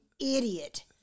idiot